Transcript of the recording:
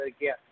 again